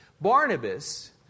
Barnabas